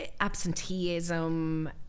absenteeism